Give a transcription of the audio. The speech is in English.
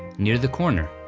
near the corner,